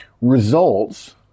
Results